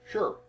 Sure